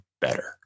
better